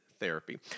therapy